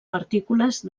partícules